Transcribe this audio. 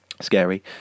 Scary